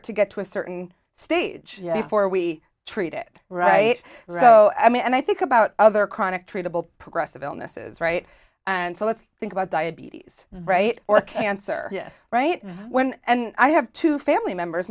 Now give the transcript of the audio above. it to get to a certain stage before we treat it right so i mean and i think about other chronic treatable progressive illnesses right and so let's think about diabetes right or cancer right when and i have two family members